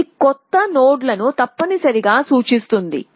ఇది కొత్త నోడ్లను తప్పనిసరిగా సూచిస్తుంది